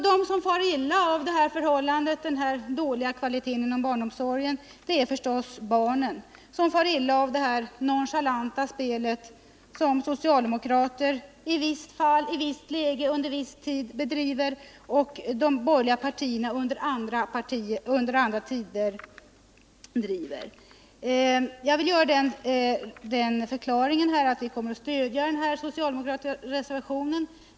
Det är förstås barnen som far illa av den dåliga kvaliteten inom barnomsorgen och det nonchalanta spel som socialdemokraterna under vissa tider och de borgerliga partierna under andra tider bedriver. Jag vill avge den förklaringen att vi kommer att stödja den socialdemokratiska reservationen.